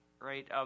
right